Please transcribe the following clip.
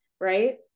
right